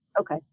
okay